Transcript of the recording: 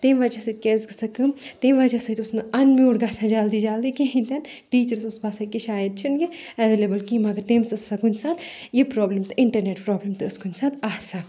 تمہِ وَجہ سۭتۍ کیاہ ٲس گَژھان کٲم تمہِ وَجہ سۭتۍ اوس نہٕ اَن میوٗٹ گژھان جلدی جلدی کہیٖنۍ تہِ نہٕ ٹیٖچرَس اوس باسان کہِ شایَد چھُنہٕ یہِ ایویلیبٕل کینٛہہ مَگر تٔمِس اوس آسان کُنہِ ساتہٕ یہِ پرابلِم تہِ اِنٹرنؠٹ پرابلِم تہِ ٲس کُنہِ ساتہٕ آسان